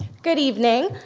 good evening.